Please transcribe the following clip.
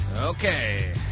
Okay